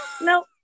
No